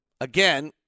again